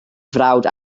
frawd